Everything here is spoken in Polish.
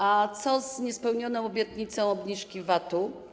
A co z niespełnioną obietnicą obniżki VAT-u?